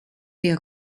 der